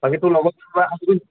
বাকী তোৰ লগৰ